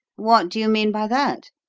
what do you mean by that?